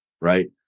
right